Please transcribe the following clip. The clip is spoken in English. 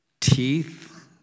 Teeth